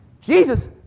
Jesus